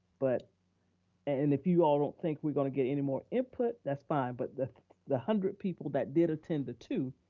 but and if you all don't think we're gonna get any more input, that's fine but the one hundred people that did attend the two,